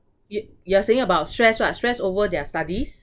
you you are saying about stress what stress over their studies